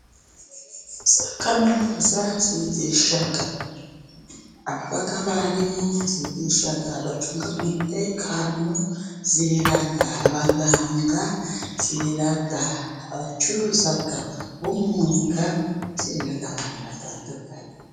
Za kaminuza zigisha ababa abarimu, zigisha abacunga umutekano, zirera baganga, zirera abacuruza b'umwuga, zirera abantu batandukanye.